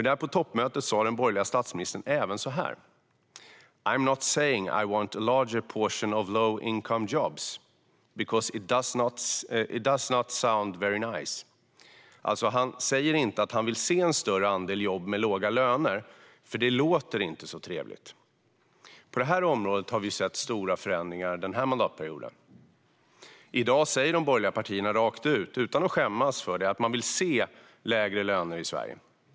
Där på toppmötet sa den borgerlige statsministern även så här: I am not saying I want a larger portion of low income jobs, because it does not sound very nice. Han säger inte att han vill se en större andel jobb med låga löner, för det låter inte så trevligt. På det området har vi sett stora förändringar den här mandatperioden. I dag säger de borgerliga partierna rakt ut, utan att skämmas för det, att de vill se lägre löner i Sverige.